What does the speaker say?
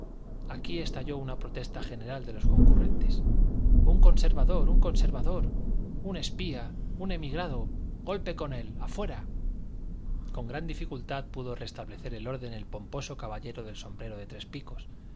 bendiga aquí estalló una protesta general de los concurrentes un conservador un conservador un espía un emigrado golpe con él afuera con gran dificultad pudo restablecer el orden el pomposo caballero del sombrero de tres picos